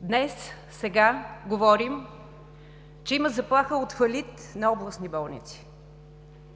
Днес говорим, че има заплаха от фалит на областни болници.